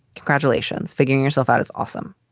congratulations. figuring yourself out is awesome.